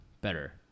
better